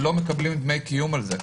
לא מקבלים דמי קיום על זה.